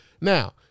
Now